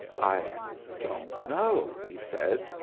i don't know, he said,